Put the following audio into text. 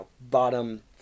bottom